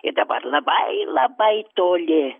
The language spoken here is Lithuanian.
ji dabar labai labai toli